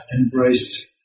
embraced